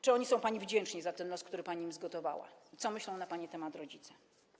Czy oni są pani wdzięczni za los, który pani im zgotowała, i co myślą na pani temat rodzice?